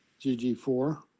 GG4